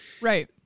Right